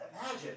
Imagine